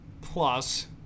plus